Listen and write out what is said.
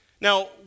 Now